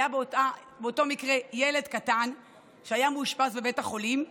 באותו מקרה זה היה ילד קטן שהיה מאושפז בבית החולים,